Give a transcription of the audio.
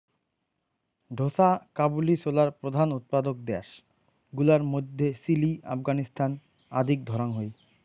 ঢোসা কাবুলি ছোলার প্রধান উৎপাদক দ্যাশ গুলার মইধ্যে চিলি, আফগানিস্তান আদিক ধরাং হই